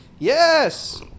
yes